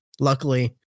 luckily